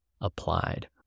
Applied